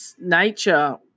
nature